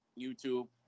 YouTube